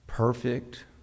perfect